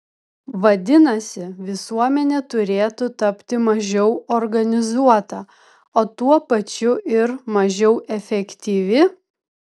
vadinasi visuomenė turėtų tapti mažiau organizuota o tuo pačiu ir mažiau efektyvi